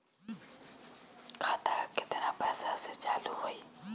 खाता केतना पैसा से चालु होई?